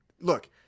look